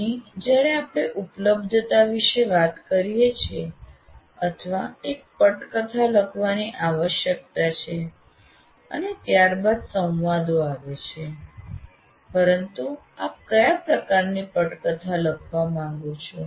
અહીં જ્યારે આપણે ઉપલબ્ધતા વિશે વાત કરીએ છીએ અથવા એક પટકથા લખવાની આવશ્યકતા છે અને ત્યાર બાદ સંવાદો આવે છે પરંતુ આપ કયા પ્રકારની પટકથા લખવા માંગો છો